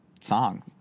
song